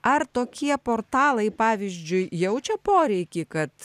ar tokie portalai pavyzdžiui jaučia poreikį kad